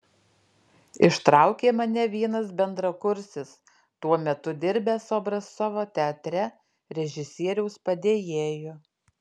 ištraukė mane vienas bendrakursis tuo metu dirbęs obrazcovo teatre režisieriaus padėjėju